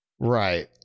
Right